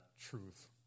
truth